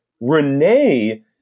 Renee